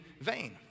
vain